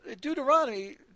Deuteronomy